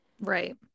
Right